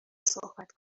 صحبت